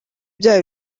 ibyaha